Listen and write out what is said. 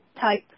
type